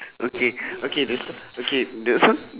okay okay the okay the